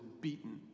beaten